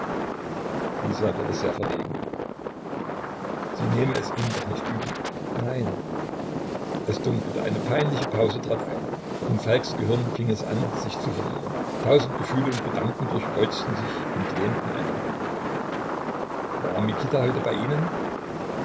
isa wurde sehr verlegen sie nehme es ihm doch nicht übel nein es dunkelte eine peinliche pause trat ein in falks gehirn fing es an sich zu verwirren tausend gefühle und gedanken durchkreuzten sich und lähmten einander war mikita heute bei ihnen